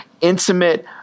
intimate